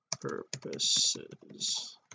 purposes